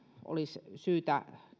olisi syytä